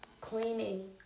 Cleaning